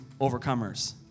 overcomers